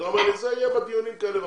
אתה אומר לי שזה יהיה בדיונים כאלה ואחרים.